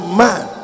man